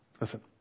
Listen